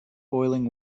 boiling